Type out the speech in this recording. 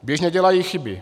Běžně dělají chyby.